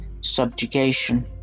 subjugation